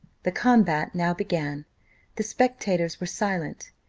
the combat now began the spectators were silent.